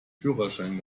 führerschein